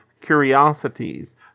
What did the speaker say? curiosities